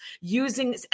using